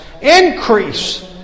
increase